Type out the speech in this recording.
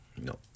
No